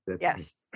Yes